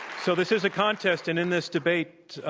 so this is a contest. and in this debate,